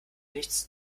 nichts